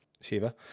Shiva